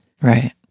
Right